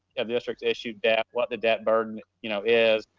of the district issues debt, what the debt burden you know is,